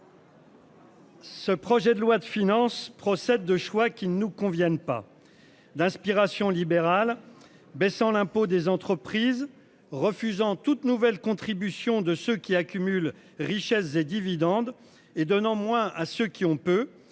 Ce projet de loi de finances procède de choix qui ne nous conviennent pas d'inspiration libérale baissant l'impôt des entreprises refusant toute nouvelle contribution de ceux qui accumulent richesse des dividendes et donnant moins à ceux qui ont peu